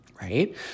Right